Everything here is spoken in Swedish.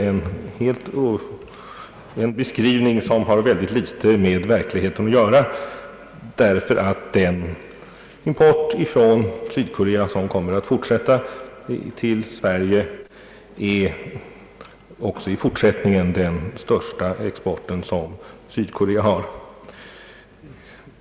Det är en beskrivning som har mycket litet med verkligheten att göra, ty den import som äger rum från Sydkorea till Sverige och som kommer att fortsätta är också i fortsättningen den största export som Sydkorea har.